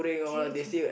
queuing too